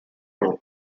room